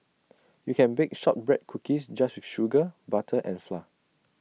you can bake Shortbread Cookies just with sugar butter and flour